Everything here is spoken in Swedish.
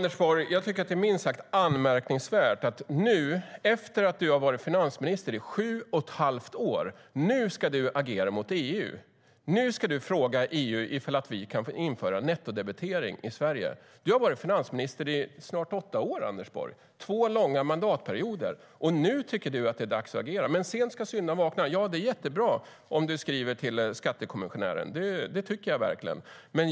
Fru talman! Det är minst sagt anmärkningsvärt, Anders Borg, att du nu ska agera mot EU efter att du har varit finansminister i sju och ett halvt år. Nu ska du fråga EU ifall vi kan få införa nettodebitering i Sverige. Du har varit finansministern i snart åtta år, Anders Borg, två långa mandatperioder, och nu tycker du att det är dags att agera. Sent ska syndaren vakna! Det är jättebra om du skriver till skattekommissionären. Det tycker jag verkligen.